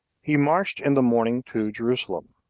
he marched in the morning to jerusalem.